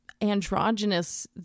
androgynous